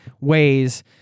ways